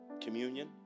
communion